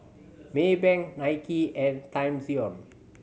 Maybank Nike and Timezone